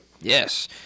Yes